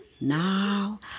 Now